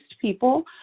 people